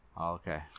okay